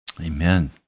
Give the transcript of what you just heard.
Amen